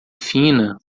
fina